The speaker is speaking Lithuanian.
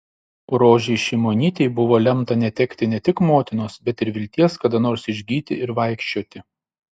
rožei šimonytei buvo lemta netekti ne tik motinos bet ir vilties kada nors išgyti ir vaikščioti